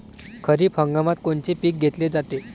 खरिप हंगामात कोनचे पिकं घेतले जाते?